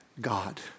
God